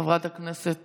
חבר הכנסת